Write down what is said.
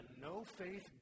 no-faith